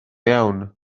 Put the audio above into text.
iawn